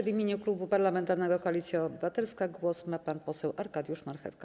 W imieniu Klubu Parlamentarnego Koalicja Obywatelska głos ma pan poseł Arkadiusz Marchewka.